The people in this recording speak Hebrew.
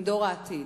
הם דור העתיד.